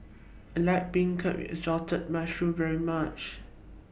I like Beancurd with Assorted Mushrooms very much